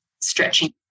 stretching